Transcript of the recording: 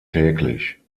täglich